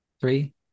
Three